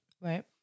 Right